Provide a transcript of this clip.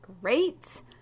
great